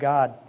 God